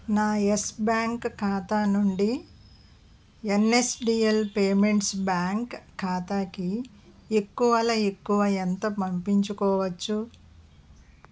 నా Yes bank ఖాతా నుండి ఎన్ఎస్డిఎల్ పేమెంట్స్ బ్యాంక్ ఖాతాకి ఎక్కువల ఎక్కువ ఎంత పంపించుకోవచ్చు